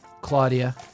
Claudia